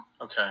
Okay